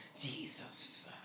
Jesus